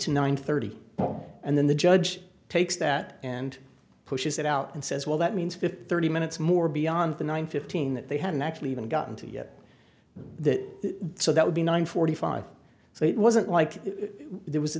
to nine thirty all and then the judge takes that and pushes it out and says well that means fifty thirty minutes more beyond the nine fifteen that they hadn't actually even gotten to yet that so that would be nine forty five so it wasn't like there was